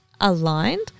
aligned